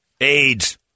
AIDS